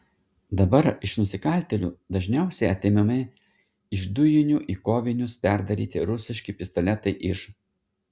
dabar iš nusikaltėlių dažniausiai atimami iš dujinių į kovinius perdaryti rusiški pistoletai iž